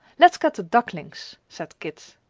let's get the ducklings, said kit.